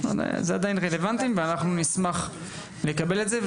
זה עדיין רלוונטי ואנחנו נשמח לקבל את זה,